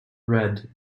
bread